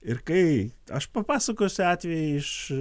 ir kai aš papasakosiu atvejį iš